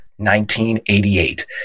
1988